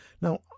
now